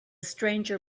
stranger